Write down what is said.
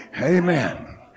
Amen